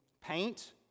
paint